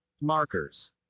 markers